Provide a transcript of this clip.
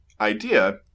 idea